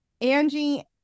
Angie